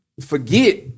forget